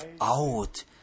out